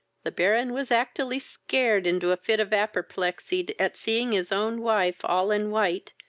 the baron was actilly scared into a fit of arpaplexy at seeing his own wife, all in white,